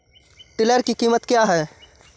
Tiller की कीमत क्या है?